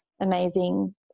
amazing